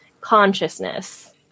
consciousness